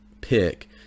pick